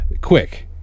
quick